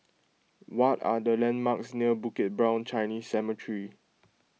what are the landmarks near Bukit Brown Chinese Cemetery